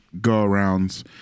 go-arounds